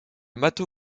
mato